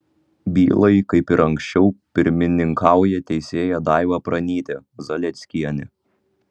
bylai kaip ir anksčiau pirmininkauja teisėja daiva pranytė zalieckienė